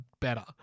better